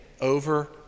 over